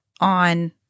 on